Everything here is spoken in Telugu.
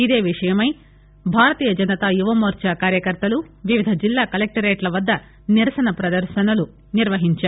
ఇదే విషయమై భారతీయ జనతా యువమోర్చా కార్యకర్తలు వివిధ జిల్లా కలెక్టరేట్ల వద్ద నిరసన పదర్భనలు నిర్వహించారు